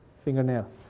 fingernail